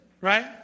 right